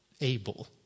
able